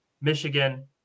Michigan